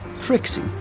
Trixie